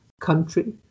country